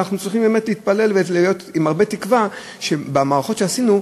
אבל אנחנו צריכים באמת להתפלל ולהיות עם הרבה תקווה שבמערכות שעשינו,